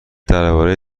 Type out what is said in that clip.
درباره